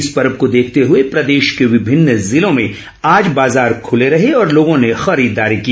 इस पर्व को देखते हुए प्रदेश को विभिन्न जिलों में आज बाजार खूले रहे और लोगों ने खरीददारी की